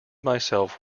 myself